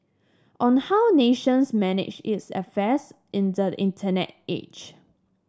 on how nations manage its affair in the Internet age